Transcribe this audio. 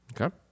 Okay